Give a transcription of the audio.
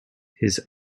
his